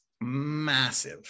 massive